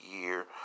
year